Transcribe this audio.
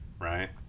right